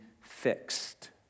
fixed